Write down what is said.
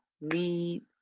need